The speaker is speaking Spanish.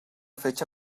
fecha